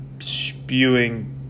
spewing